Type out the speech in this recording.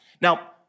Now